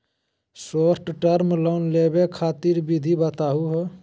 Short term loan लेवे खातीर विधि बताहु हो?